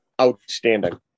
outstanding